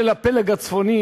של הפלג הצפוני